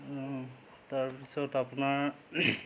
তাৰপিছত আপোনাৰ